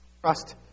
trust